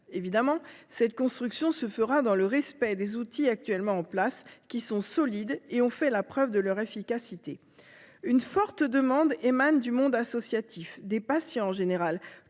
Évidemment, cette construction se fera dans le respect des outils actuellement en place, qui sont solides et qui ont fait la preuve de leur efficacité. Une forte demande émane du monde associatif, des patients en général,